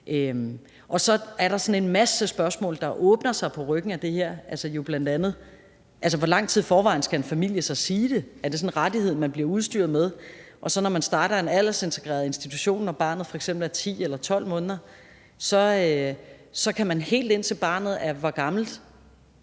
Og så er der en masse spørgsmål, der åbner sig på ryggen af det her, bl.a.: Hvor lang tid i forvejen skal en familie så sige det? Er det en rettighed, man bliver udstyret med, og når barnet så starter i en aldersintegreret institution, når det er f.eks. 10 eller 12 måneder, kan man helt, indtil barnet er 2 år og